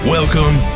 Welcome